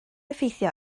effeithio